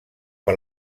per